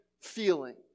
feeling